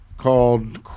called